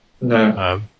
No